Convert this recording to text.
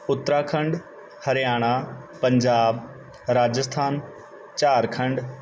Uttarakhand Haryana Punjab Rajasthan Jharkhand